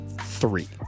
three